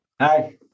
Hi